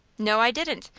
no, i didn't.